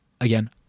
again